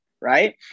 Right